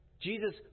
Jesus